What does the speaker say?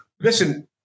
listen